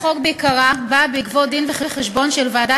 תציג את הצעת החוק שרת